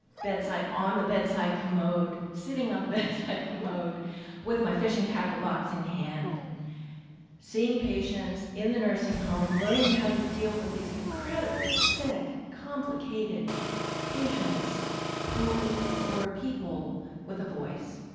bedside, on the bedside commode sitting on the bedside commode with my fishing tackle box in hand seeing patients in the nursing home learning how to deal with these incredibly sick, complicated patients who were people with a voice.